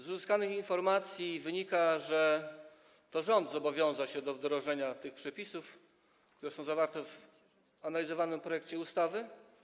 Z uzyskanych informacji wynika, że to rząd zobowiązał się do wdrożenia tych przepisów, które są zawarte w analizowanym projekcie ustawy.